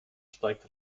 steigt